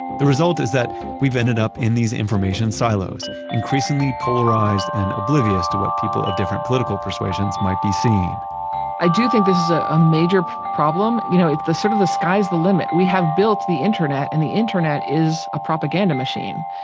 the result is that we've ended up in these information silos, increasingly polarized and oblivious to what people of different political persuasions might be seeing i do think this is ah a major problem. you know it's sort of the sky's the limit. we have built the internet and the internet is a propaganda machine.